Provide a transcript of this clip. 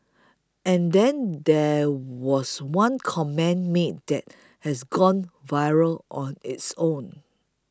and then there was one comment made that has gone viral on its own